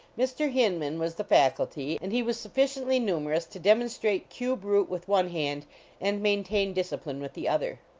mr. hinman was the faculty, and he was sufficiently numer ous to demonstrate cube root with one hand and maintain discipline with the other.